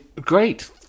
Great